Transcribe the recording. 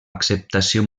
acceptació